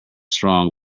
strong